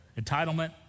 Entitlement